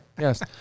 Yes